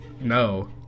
No